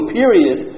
period